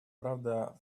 правда